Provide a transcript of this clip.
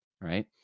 Right